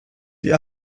die